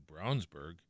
Brownsburg